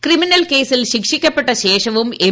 criminal കേസിൽ ശിക്ഷിക്കപ്പെട്ട ശേഷവും ് എം